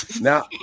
Now